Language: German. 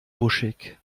wuschig